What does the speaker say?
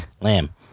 Lamb